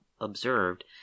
observed